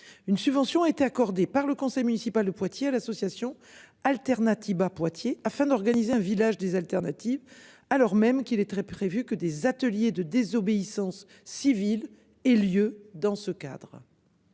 Une subvention a été accordée par le conseil municipal de Poitiers à l'association Alternatiba Poitiers afin d'organiser un village des alternatives, alors même qu'il est très prévu que des ateliers de désobéissance civile et lieu dans ce cadre.